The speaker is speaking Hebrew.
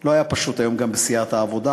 לא היה פשוט היום גם בסיעת העבודה,